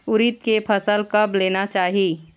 उरीद के फसल कब लेना चाही?